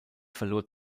verlor